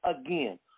again